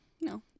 No